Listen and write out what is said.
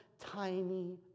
tiny